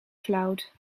cloud